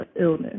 illness